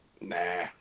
Nah